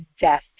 death